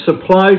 supply